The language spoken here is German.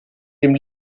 dem